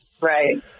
Right